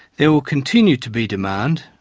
there will continue to be demand,